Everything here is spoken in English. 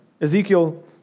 Ezekiel